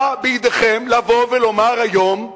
בידיכם לבוא ולומר היום,